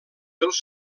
dels